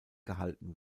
gehalten